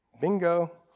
Bingo